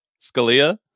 Scalia